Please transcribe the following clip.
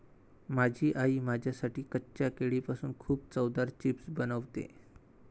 माझी आई माझ्यासाठी कच्च्या केळीपासून खूप चवदार चिप्स बनवते